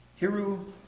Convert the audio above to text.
Hiru